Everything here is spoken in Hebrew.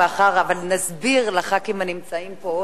אבל נסביר לחברי הכנסת הנמצאים פה,